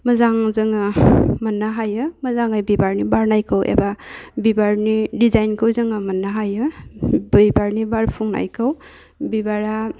मोजां जोङो मोन्नो हायो मोजाङै बिबारनि बारनायखौ एबा बिबारनि दिजाइनखौ जोङो मोन्नो हायो बिबारनि बारफुंनायखौ बिबारा